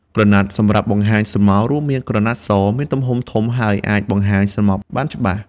ក្រណាត់សម្រាប់បង្ហាញស្រមោល រួមមាន ក្រណាត់ស មានទំហំធំហើយអាចបង្ហាញស្រមោលបានច្បាស់។